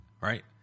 right